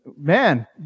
Man